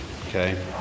Okay